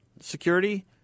security